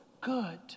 good